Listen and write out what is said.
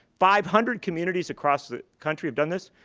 five hundred communities across the country have done this.